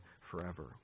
forever